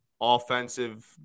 offensive